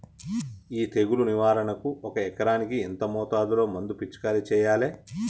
ఈ తెగులు నివారణకు ఒక ఎకరానికి ఎంత మోతాదులో మందు పిచికారీ చెయ్యాలే?